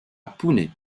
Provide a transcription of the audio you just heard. pune